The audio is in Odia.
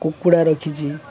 କୁକୁଡ଼ା ରଖିଛି